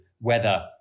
weather